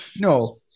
No